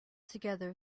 together